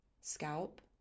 scalp